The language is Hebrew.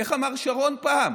איך אמר שרון פעם?